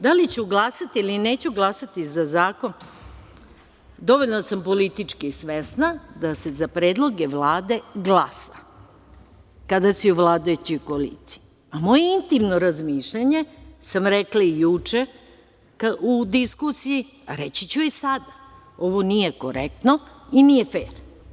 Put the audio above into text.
Da li ću glasati ili neću glasati za zakon, dovoljno sam politički svesna da se za predloge Vlade glasa, kada si u vladajućoj koaliciji, a moje intimno razmišljanje sam rekla i juče u diskusiji, a reći ću i sada, ovo nije korektno i nije fer.